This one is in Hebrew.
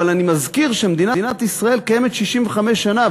אבל אני מזכיר שמדינת ישראל קיימת 65 שנה,